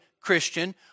Christian